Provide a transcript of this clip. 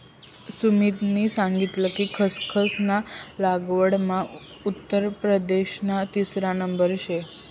सुमितनी सांग कि खसखस ना लागवडमा उत्तर प्रदेशना तिसरा नंबर शे